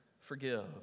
forgive